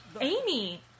Amy